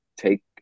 take